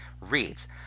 reads